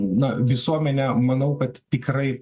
na visuomenė manau kad tikrai